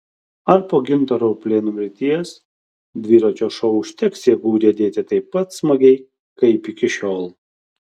ar po gintaro ruplėno mirties dviračio šou užteks jėgų riedėti taip pat smagiai kaip iki šiol